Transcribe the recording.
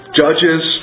judges